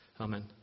Amen